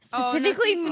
Specifically